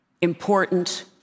important